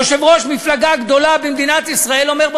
יושב-ראש מפלגה גדולה בישראל אומר,